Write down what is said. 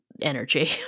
energy